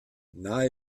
nahe